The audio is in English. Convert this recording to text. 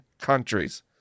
countries